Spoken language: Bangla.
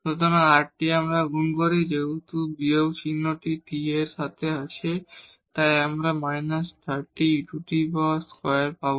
সুতরাং rt আমরা গুন করি যেহেতু বিয়োগ চিহ্নটি t এর সাথে আছে আমরা এই −30 e2 পাব